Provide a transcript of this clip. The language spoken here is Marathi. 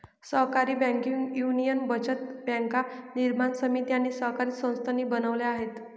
सहकारी बँकिंग युनियन बचत बँका निर्माण समिती आणि सहकारी संस्थांनी बनवल्या आहेत